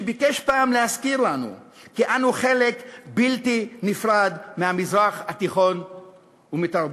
שביקש פעם להזכיר לנו כי אנו חלק בלתי נפרד מהמזרח התיכון ומתרבותו.